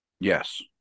Yes